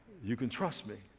you can trust me.